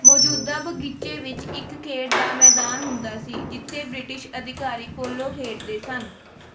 ਮੌਜੂਦਾ ਬਗੀਚੇ ਵਿੱਚ ਇੱਕ ਖੇਡ ਦਾ ਮੈਦਾਨ ਹੁੰਦਾ ਸੀ ਜਿੱਥੇ ਬ੍ਰਿਟਿਸ਼ ਅਧਿਕਾਰੀ ਪੋਲੋ ਖੇਡਦੇ ਸਨ